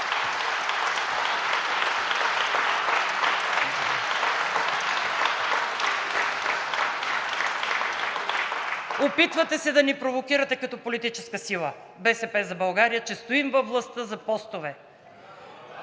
Опитвате се да ни провокирате като политическа сила – „БСП за България“, че стоим във властта за постове.